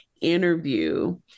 interview